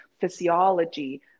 physiology